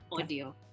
Audio